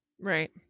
Right